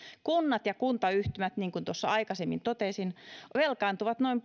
kunnat ja kuntayhtymät niin kuin tuossa aikaisemmin totesin velkaantuvat noin